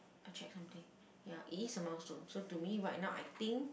I check something ya it is a milestone so to me right now I think